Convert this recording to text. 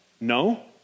No